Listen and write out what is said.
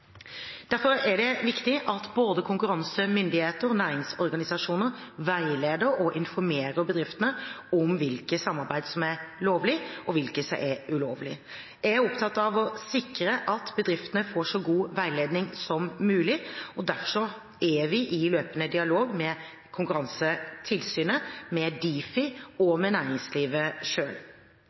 Derfor er det viktig at både konkurransemyndigheter og næringsorganisasjoner veileder og informerer bedriftene om hvilke samarbeid som er lovlige, og hvilke som er ulovlige. Jeg er opptatt av å sikre at bedriftene får så god veiledning som mulig. Derfor er vi i løpende dialog med Konkurransetilsynet, med Difi og med næringslivet